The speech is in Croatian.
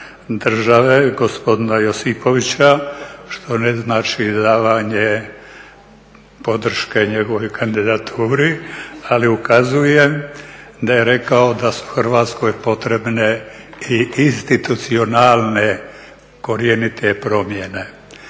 države gospodina Josipovića što ne znači davanje podrške njegovoj kandidaturi, ali ukazujem da je rekao da su Hrvatskoj potrebne i institucionalne korjenite promjene.